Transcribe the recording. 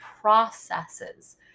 processes